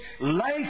life